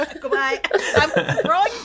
Goodbye